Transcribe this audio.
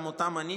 גם אותה מניתי,